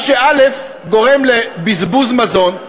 מה שגורם לבזבוז מזון,